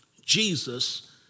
Jesus